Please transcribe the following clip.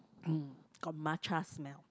got matcha smell